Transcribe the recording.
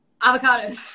Avocados